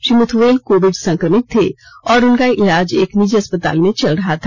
श्री मृथ्येल कोविड संक्रमित थे और उनका इलाज एक निजी अस्पताल में चल रहा था